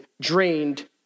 drained